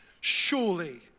Surely